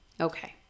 Okay